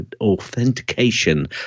authentication